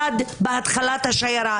אחד בהתחלת השיירה,